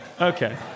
okay